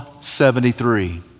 73